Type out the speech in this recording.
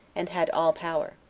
and had all power.